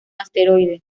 asteroide